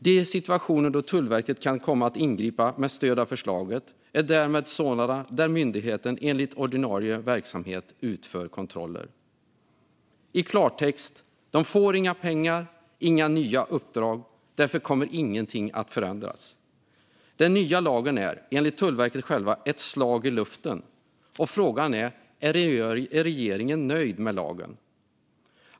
De situationer då Tullverket kan komma att ingripa med stöd av förslaget är därmed sådana där myndigheten enligt ordinarie verksamhet utför kontroller." I klartext: Det får inga pengar och inga nya uppdrag. Därför kommer ingenting att förändras. Den nya lagen är, enligt Tullverket självt, ett slag i luften. Frågan är: Är regeringen nöjd med lagen?